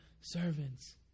servants